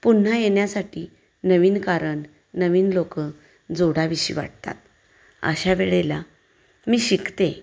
पुन्हा येण्यासाठी नवीन कारण नवीन लोक जोडाविशी वाटतात अशा वेळेला मी शिकते